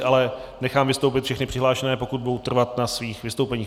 Ale nechám vystoupit všechny přihlášené, pokud budou trvat na svých vystoupeních.